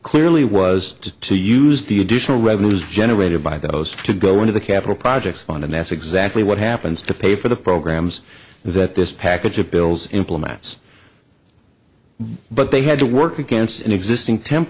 clearly was to use the additional revenues generated by those to go into the capital projects fund and that's exactly what happens to pay for the programs that this package of bills implements but they had to work against an existing